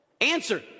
Answer